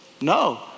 No